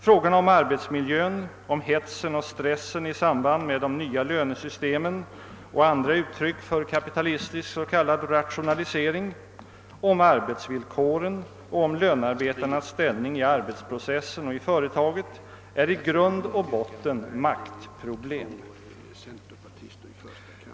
Frågorna om arbetsmiljön, om hetsen och stressen i samband med de nya lönesystemen och andra uttryck för kapitalistisk s.k. rationalisering, om arbetsvillkoren och om lönearbetarnas ställning i arbetsprocessen och i företaget är i grund och botten maktproblem.